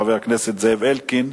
חבר הכנסת זאב אלקין,